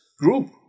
group